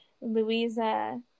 Louisa